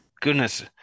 Goodness